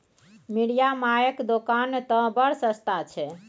मिरिया मायक दोकान तए बड़ सस्ता छै